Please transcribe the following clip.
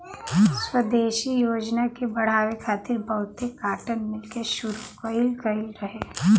स्वदेशी योजना के बढ़ावे खातिर बहुते काटन मिल के शुरू कइल गइल रहे